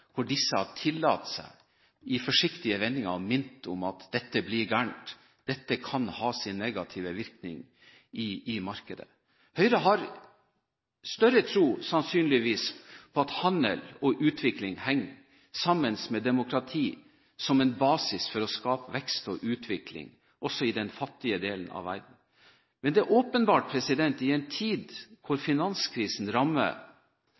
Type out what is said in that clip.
hvor norsk fiskerinæring har vært rammet – minsteprisordning, straffetoll, innføring av fôrkvote osv. Antidumping er et kjent begrep. Derfor burde norsk fiskerinæring også ha vært spart for den kritikk som har kommet fra regjeringspartiene når man har tillatt seg i forsiktige vendinger å minne om at dette blir galt – dette kan ha sin negative virkning i markedet. Høyre har større tro, sannsynligvis, på at handel og utvikling henger sammen med demokrati som en basis